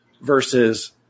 versus